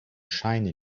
scheine